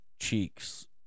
cheeks